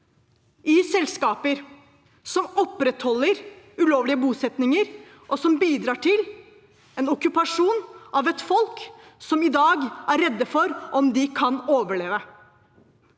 i selskaper som opprettholder ulovlige bosettinger, og som bidrar til okkupasjon av et folk som i dag er redde for at de ikke overlever.